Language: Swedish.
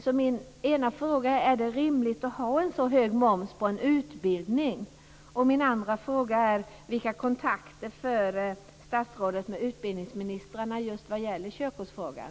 Den ena av de två frågorna är: Är det rimligt att ha så hög moms på en utbildning? Den andra frågan är: Vilka kontakter har statsrådet med utbildningsministrarna just vad gäller körkortsfrågan?